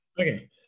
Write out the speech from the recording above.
Okay